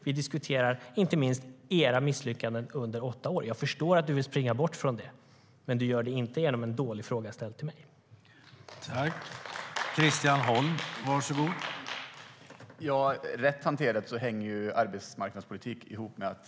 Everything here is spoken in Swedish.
Vi diskuterar inte minst era misslyckanden under åtta år.